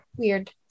weird